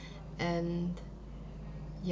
and